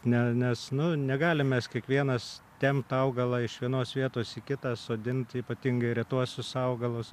ne nes nu negalim mes kiekvienas tempt augalą iš vienos vietos į kitą sodint ypatingai retuosius augalus